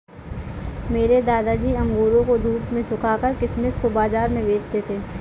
मेरे दादाजी अंगूरों को धूप में सुखाकर किशमिश को बाज़ार में बेचते थे